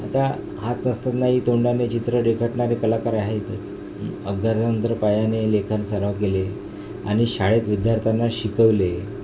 आता हात नसतानाही तोंडाने चित्र रेखटणारे कलाकार आहे इथंच अपघातानंतर पायाने लेखन सराव केले आणि शाळेत विद्यार्थ्यांना शिकवले